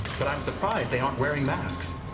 but i'm surprised they aren't wearing masks.